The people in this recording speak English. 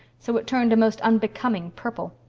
so it turned a most unbecoming purple.